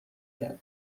کرد